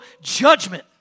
judgment